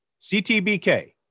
CTBK